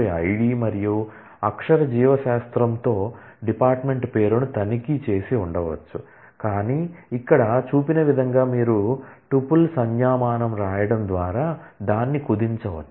ID మరియు అక్షర జీవశాస్త్రంతో డిపార్ట్మెంట్ పేరును తనిఖీ చేసి ఉండవచ్చు కానీ ఇక్కడ చూపిన విధంగా మీరు టుపుల్ సంజ్ఞామానం రాయడం ద్వారా దాన్ని కుదించవచ్చు